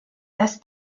das